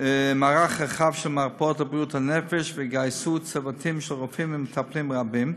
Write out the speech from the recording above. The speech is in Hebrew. מערך רחב של מרפאות לבריאות הנפש וגייסו צוותים של רופאים ומטפלים רבים.